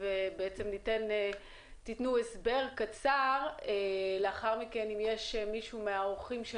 תיתני הסבר קצר, ולאחר מכן נשמע הערות של האורחים.